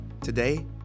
Today